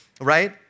right